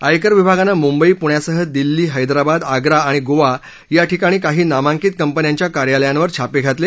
आयकर विभागानं मुंबई पुण्यासह दिल्ली हैदराबाद आग्रा आणि गोवा याठिकाणी काही नामांकित कंपन्यांच्या कार्यालयांवर छापे घातले